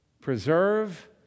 preserve